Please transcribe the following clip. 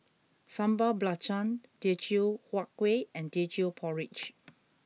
Sambal Belacan Teochew Huat Kueh and Teochew Porridge